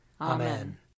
Amen